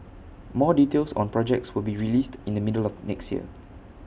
more details on projects will be released in the middle of next year